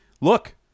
look